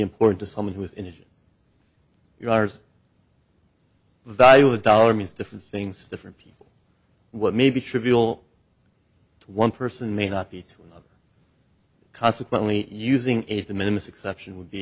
important to someone who is in your hours value a dollar means different things to different people what may be trivial to one person may not be consequently using the minimus exception would be